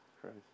Christ